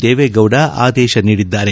ದೇವೇಗೌಡ ಆದೇಶ ನೀಡಿದ್ದಾರೆ